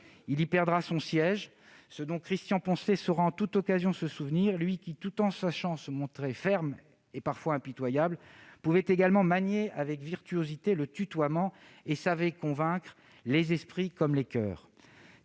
Il y perdra son siège, ce dont Christian Poncelet saura en toute occasion se souvenir, lui qui, tout en sachant se montrer ferme et parfois impitoyable, pouvait également manier avec virtuosité le tutoiement et savait convaincre les esprits comme les coeurs.